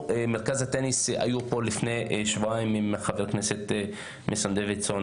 היינו לפני שבועיים עם חבר הכנסת סימון דוידסון